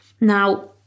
Now